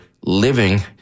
living